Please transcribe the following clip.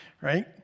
Right